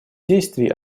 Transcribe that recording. действий